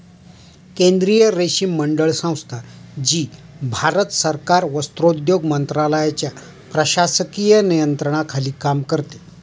केंद्रीय रेशीम मंडळ संस्था, जी भारत सरकार वस्त्रोद्योग मंत्रालयाच्या प्रशासकीय नियंत्रणाखाली काम करते